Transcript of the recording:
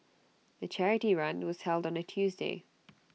the charity run was held on A Tuesday